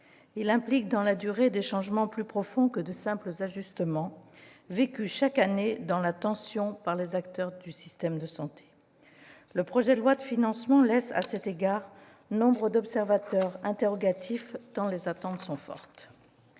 Il implique, dans la durée, des changements plus profonds que de simples ajustements, vécus chaque année dans la tension par les acteurs du système de santé. Le projet de loi de financement de la sécurité sociale laisse, à cet égard, nombre d'observateurs interrogatifs, tant les attentes sont fortes.